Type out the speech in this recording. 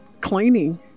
cleaning